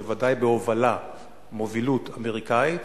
בוודאי בהובלה ובמובילות אמריקנית.